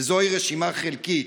וזוהי רשימה חלקית.